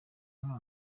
nka